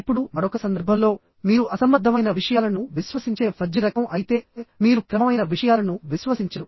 ఇప్పుడు మరొక సందర్భంలో మీరు అసంబద్ధమైన విషయాలను విశ్వసించే ఫజ్జి రకం అయితే మీరు క్రమమైన విషయాలను విశ్వసించరు